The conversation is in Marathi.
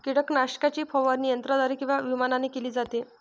कीटकनाशकाची फवारणी यंत्राद्वारे किंवा विमानाने केली जाते